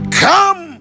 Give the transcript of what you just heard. come